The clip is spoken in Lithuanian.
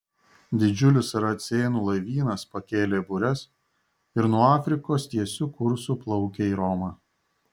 didžiulis saracėnų laivynas pakėlė bures ir nuo afrikos tiesiu kursu plaukia į romą